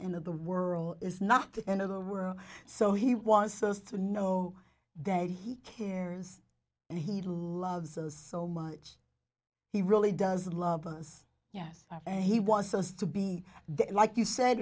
end of the world is not the end of the were so he wants us to know that he cares and he loves us so much he really does love us yes and he wants us to be like you said